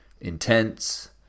intense